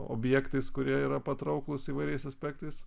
objektais kurie yra patrauklūs įvairiais aspektais